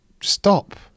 stop